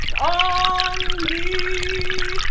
ah on me,